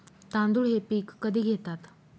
तांदूळ हे पीक कधी घेतात?